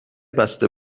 بسته